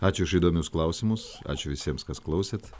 ačiū už įdomius klausimus ačiū visiems kas klausėt